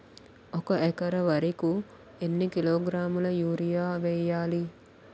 ఒక ఎకర వరి కు ఎన్ని కిలోగ్రాముల యూరియా వెయ్యాలి?